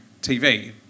TV